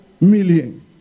million